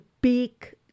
big